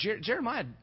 Jeremiah